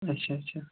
اچھا اچھا